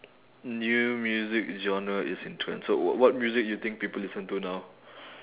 new music genre is in trend so wh~ what music do you think people listen to now